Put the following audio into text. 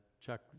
Chuck